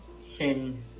Sin